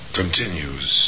continues